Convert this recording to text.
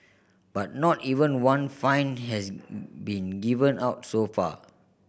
but not even one fine has been given out so far